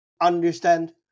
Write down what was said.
understand